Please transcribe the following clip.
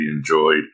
enjoyed